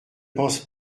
pense